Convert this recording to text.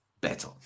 better